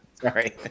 Sorry